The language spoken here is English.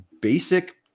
basic